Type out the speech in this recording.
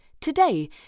today